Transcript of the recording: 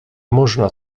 można